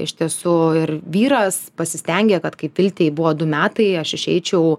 iš tiesų ir vyras pasistengė kad kai viltei buvo du metai aš išeičiau